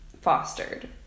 fostered